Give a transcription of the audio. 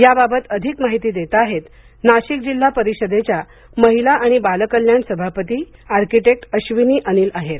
याबाबत अधिक माहिती देताहेत नाशिक जिल्हा परिषदेच्या महिला आणि बाल कल्याण सभापती आर्किटेक्ट अश्विनी अनिल आहेर